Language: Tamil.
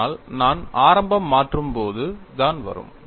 அதனால் நான் ஆரம்பம் மாற்றும் போது தான் வரும்